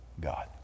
God